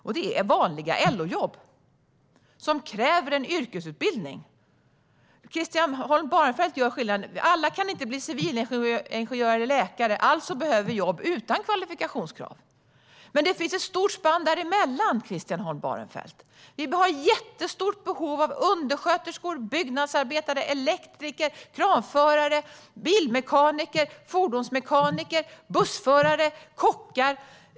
Det är de vanliga LO-jobben, som kräver en yrkesutbildning. Christian Holm Barenfeld säger att alla inte kan bli civilingenjörer och läkare och alltså behövs jobb utan kvalifikationskrav. Men det finns ett stort spann däremellan, Christian Holm Barenfeld. Vi har jättestort behov av undersköterskor, byggnadsarbetare, elektriker, kranförare, fordonsmekaniker, bussförare och kockar.